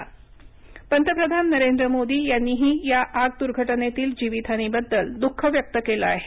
PM Mumbai आग पंतप्रधान नरेंद्र मोदी यांनीही या आग दुर्घटनेतील जीवितहानीबद्दल दुःख व्यक्त केलं आहे